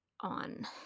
on